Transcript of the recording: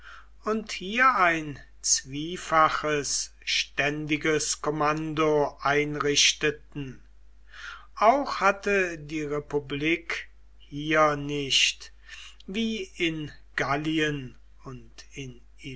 und hier ein zwiefaches ständiges kommando einrichteten auch hatte die republik hier nicht wie in gallien und in